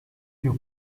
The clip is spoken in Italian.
più